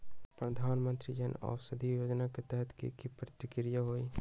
प्रधानमंत्री जन औषधि योजना के तहत की की प्रक्रिया होई?